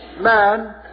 man